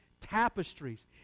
tapestries